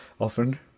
often